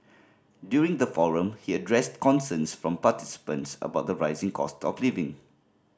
during the forum he addressed concerns from participants about the rising cost of living